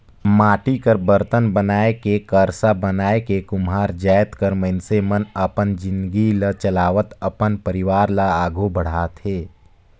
माटी कर बरतन बनाए के करसा बनाए के कुम्हार जाएत कर मइनसे मन अपन जिनगी ल चलावत अपन परिवार ल आघु बढ़ाथे